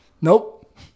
Nope